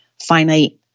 finite